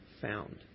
found